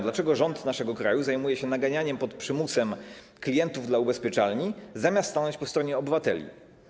Dlaczego rząd naszego kraju zajmuje się naganianiem pod przymusem klientów ubezpieczalniom, zamiast stanąć po stronie obywateli?